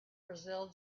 brazil